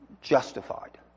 justified